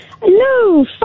Hello